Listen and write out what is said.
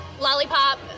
lollipop